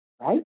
right